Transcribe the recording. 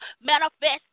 manifest